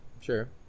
Sure